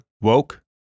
Woke